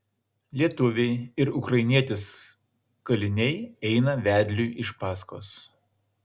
lietuviai ir ukrainietis kaliniai eina vedliui iš paskos